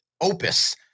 opus